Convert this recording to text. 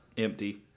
Empty